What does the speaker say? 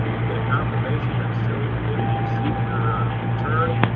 you get a confirmation that shows hey we received your ah return.